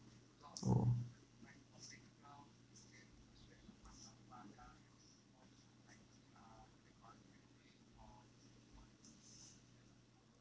oh